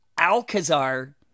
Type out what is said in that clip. Alcazar